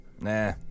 Nah